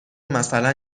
مثلا